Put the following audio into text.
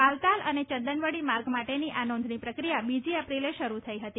બાલ્તાલ અને ચંદનવડી માર્ગે માટેની આ નોંધણી પ્રક્રિયા બીજી એપ્રિલે શરૂ થઈ હતી